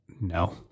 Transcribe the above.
No